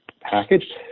package